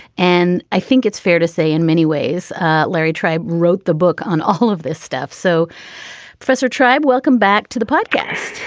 and i think it's fair to say in many ways larry tribe wrote the book on all of this stuff so presser tribe welcome back to the podcast.